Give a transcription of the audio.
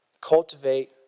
cultivate